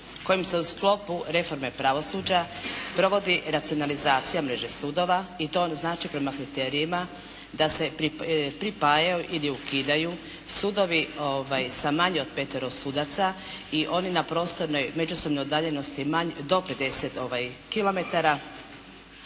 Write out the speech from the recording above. kojim se u sklopu reforme pravosuđa provodi racionalizacija mreže sudova i to znači prema kriterijima da se pripajaju ili ukidaju sudovi sa manje od petero sudaca i oni na prostornoj međusobnoj udaljenosti do 50